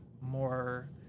more